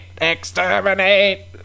Exterminate